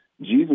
Jesus